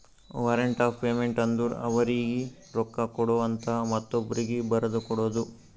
warrant of payment ಅಂದುರ್ ಅವರೀಗಿ ರೊಕ್ಕಾ ಕೊಡು ಅಂತ ಮತ್ತೊಬ್ರೀಗಿ ಬರದು ಕೊಡೋದು